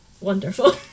wonderful